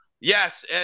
yes